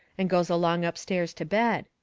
and goes along upstairs to bed.